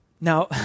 now